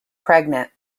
pregnant